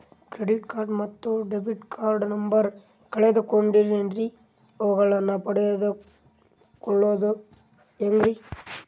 Credit card ಮತ್ತು debit card number ಕಳೆದುಕೊಂಡಿನ್ರಿ ಅವುಗಳನ್ನ ಪಡೆದು ಕೊಳ್ಳೋದು ಹೇಗ್ರಿ?